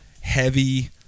heavy